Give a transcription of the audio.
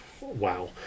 wow